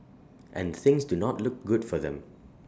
and things do not look good for them